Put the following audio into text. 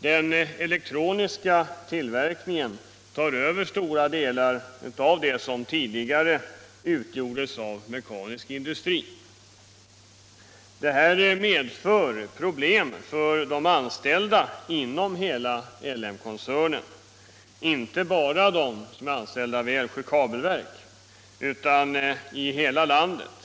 Den elektroniska tillverkningen tar över stora delar av det som den mekaniska industrin tidigare svarat för. Detta medför problem för de anställda inom hela LM Ericsson-koncernen, inte bara för dem som är anställda vid kabelverket i Älvsjö utan i hela landet.